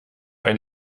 ein